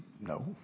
no